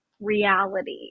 reality